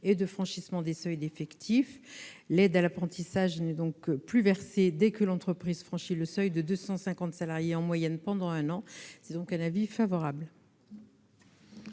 et de franchissement des seuils d'effectifs. L'aide à l'apprentissage ne serait donc plus versée dès que l'entreprise franchit le seuil de 250 salariés, en moyenne, pendant un an. La commission spéciale